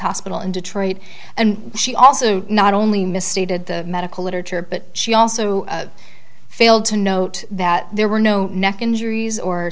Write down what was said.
hospital in detroit and she also not only misstated the medical literature but she also failed to note that there were no neck injur